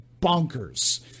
bonkers